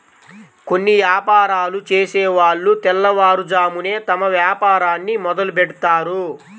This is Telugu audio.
కొన్ని యాపారాలు చేసేవాళ్ళు తెల్లవారుజామునే తమ వ్యాపారాన్ని మొదలుబెడ్తారు